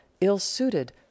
ill-suited